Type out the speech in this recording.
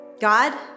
God